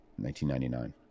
1999